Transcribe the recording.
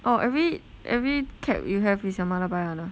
orh every every cap you have is your mother buy [one] ah